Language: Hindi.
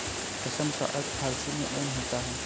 पश्म का अर्थ फारसी में ऊन होता है